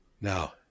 Now